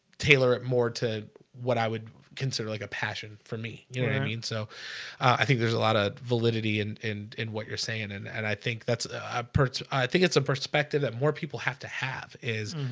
tailor it more to what i would consider like a passion for me, you know, i mean so i think there's a lot of validity and in in what you're saying and and i think that's a person i think it's a perspective that more people have to have is